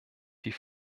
die